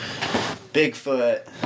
Bigfoot